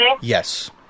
Yes